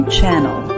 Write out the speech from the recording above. Channel